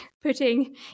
putting